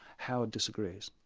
howard disagrees.